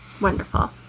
Wonderful